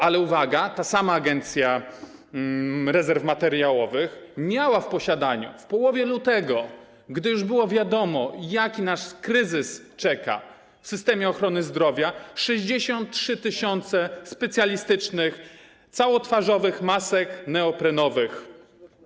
Ale, uwaga, ta sama Agencja Rezerw Materiałowych miała w posiadaniu w połowie lutego, gdy już było wiadomo, jaki nas czeka kryzys w systemie ochrony zdrowia, 63 tys. specjalistycznych, całotwarzowych masek neoprenowych.